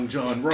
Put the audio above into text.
John